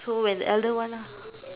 so when the elder one